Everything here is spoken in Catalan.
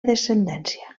descendència